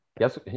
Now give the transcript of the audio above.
yes